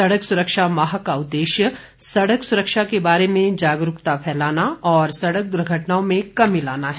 सड़क सुरक्षा माह का उद्देश्य सड़क सुरक्षा के बारे में जागरूकता फैलाना और सड़क दुर्घटनाओं में कमी लाना है